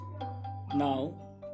now